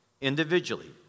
Individually